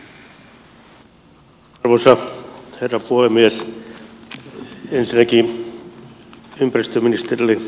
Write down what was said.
ensinnäkin ympäristöministerille kiitokset